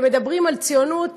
כשמדברים על ציונות,